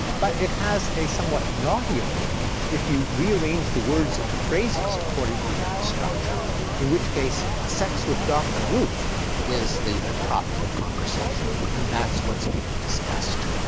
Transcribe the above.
but is has a somewhat naughtier meaning if you rearrange the words into phrases according to a different structure in which case sex with dr. ruth is the topic of conversation, and that's what's being discussed.